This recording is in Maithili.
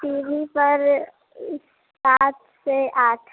टी भी पर सात से आठ